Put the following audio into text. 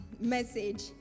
message